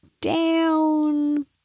down